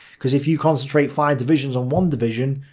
because if you concentrate five divisions on one division,